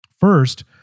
First